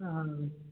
हाँ